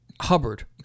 Hubbard